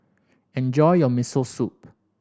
enjoy your Miso Soup